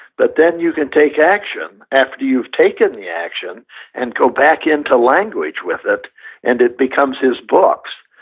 but then you can take action after you've taken the action and go back into language with it and it becomes his books,